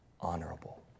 honorable